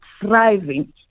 thriving